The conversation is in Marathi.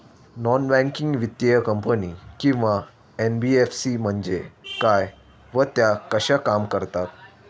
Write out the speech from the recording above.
नॉन बँकिंग वित्तीय कंपनी किंवा एन.बी.एफ.सी म्हणजे काय व त्या कशा काम करतात?